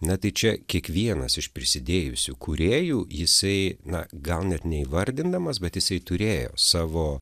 na tai čia kiekvienas iš prisidėjusių kūrėjų jisai na gal net neįvardinamas bet jisai turėjo savo